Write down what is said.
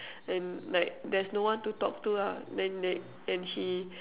and like there's no one to talk to lah then like and she